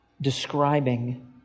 describing